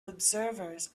observers